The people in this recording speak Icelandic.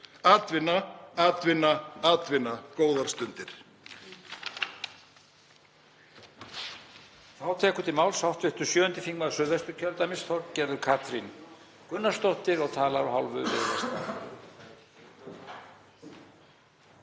Atvinna, atvinna, atvinna. — Góðar stundir.